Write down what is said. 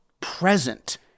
present